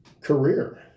career